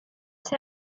ser